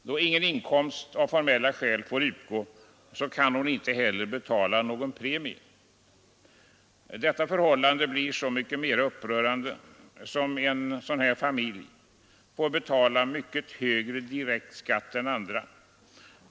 Då ingen inkomst av formella skäl får utgå, kan hon icke heller betala någon premie. Detta förhållande blir så mycket mera upprörande som en sådan familj får betala mycket högre direkt skatt än andra.